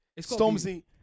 Stormzy